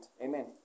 Amen